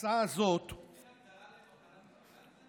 אין הגדרה למחלה?